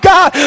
God